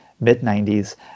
mid-90s